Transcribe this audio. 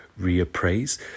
reappraise